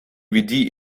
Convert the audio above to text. dvd